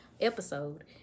episode